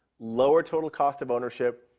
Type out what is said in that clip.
lower total cost of ownership,